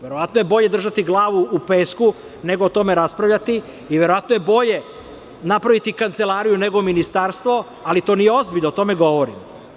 Verovatno je bolje držati glavu u pesku, nego o tome raspravljati i verovatno je bolje napravi kancelariju, nego ministarstvo, ali to nije ozbiljno, o tome govorim.